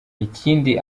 ikindi